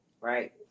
right